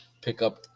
pickup